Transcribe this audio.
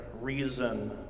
reason